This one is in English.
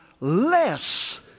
less